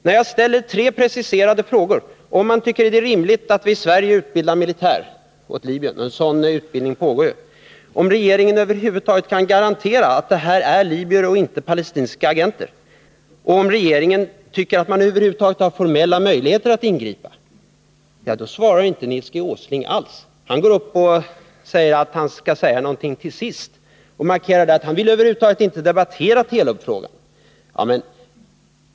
När jag ställer tre preciserade frågor — om Nils Åsling tycker att det är rimligt att vi i Sverige utbildar militär åt Libyen, om regeringen över huvud taget kan garantera att de som nu utbildas här är libyer och inte palestinska agenter och om regeringen anser att den över huvud taget har formella möjligheter att ingripa — svarar Nils Åsling inte alls. Han går upp i talarstolen och säger att han skall säga någonting ”till sist” och markerar därmed att han över huvud taget inte vill debattera Telubfrågan.